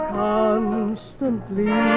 constantly